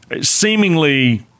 Seemingly